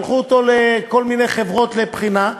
שלחו אותו לכל מיני חברות לבחינה,